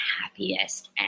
happiest